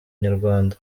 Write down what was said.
nyarwanda